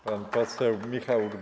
Pan poseł Michał